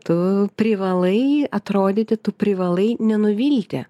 tu privalai atrodyti tu privalai nenuvilte